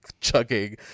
chugging